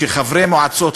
שחברי מועצות,